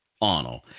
Arnold